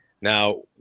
Now